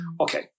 Okay